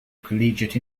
collegiate